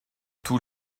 tous